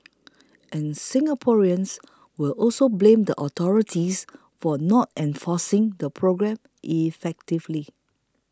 and Singaporeans will also blame the authorities for not enforcing the programme effectively